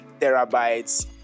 terabytes